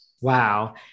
Wow